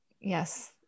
Yes